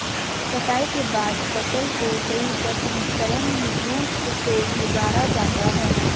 कटाई के बाद फसल को कई प्रसंस्करण विधियों से गुजारा जाता है